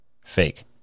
fake